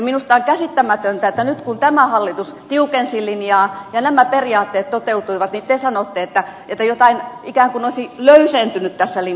minusta on käsittämätöntä että nyt kun tämä hallitus tiukensi linjaa ja nämä periaatteet toteutuivat niin te sanotte että jotain ikään kuin olisi löysentynyt tässä linjassa